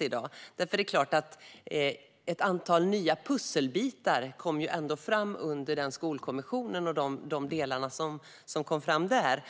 i dag, för ett antal nya pusselbitar kom fram under Skolkommissionen och i de delar som kom fram där.